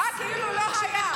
אה, כאילו לא היו.